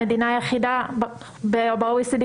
המדינה היחידה במדינות ה-OECD,